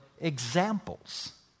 examples